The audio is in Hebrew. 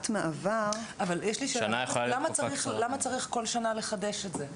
מעבר -- למה צריך לחדש את זה כל שנה?